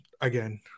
again